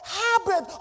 habit